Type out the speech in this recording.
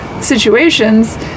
situations